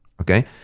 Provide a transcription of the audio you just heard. okay